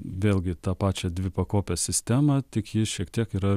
vėlgi tą pačią dvipakopę sistemą tik ji šiek tiek yra